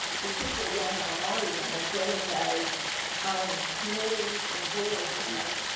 particularly young minority women, get engaged on committees and boards and things,